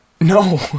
No